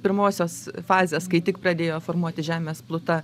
pirmosios fazės kai tik pradėjo formuotis žemės pluta